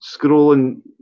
Scrolling